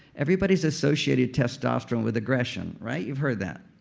everybody's associated testosterone with aggression, right? you've heard that.